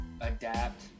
adapt